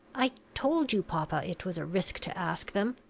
i told you, papa, it was a risk to ask them,